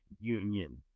union